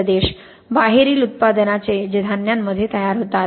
बाहेरील उत्पादनाचे जे धान्यांमध्ये तयार होतात